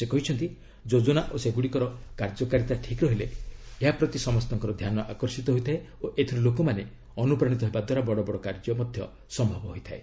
ସେ କହିଛନ୍ତି ଯୋଜନା ଓ ସେଗୁଡ଼ିକର କାର୍ଯ୍ୟକାରିତା ଠିକ୍ ରହିଲେ ଏହାପ୍ରତି ସମସ୍ତଙ୍କର ଧ୍ୟାନ ଆକର୍ଷିତ ହୋଇଥାଏ ଓ ଏଥିରୁ ଲୋକମାନେ ଅନୁପ୍ରାଣିତ ହେବା ଦ୍ୱାରା ବଡ଼ବଡ଼ କାର୍ଯ୍ୟ ସମ୍ଭବ ହୋଇଥାଏ